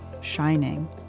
shining